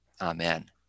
Amen